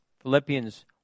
Philippians